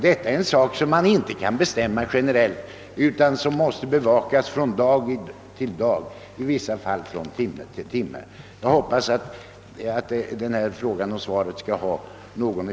Detta är en sak som inte kan bestämmas generellt utan som måste övervakas från dag till dag, i vissa fall från timme till timme.